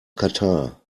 katar